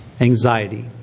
anxiety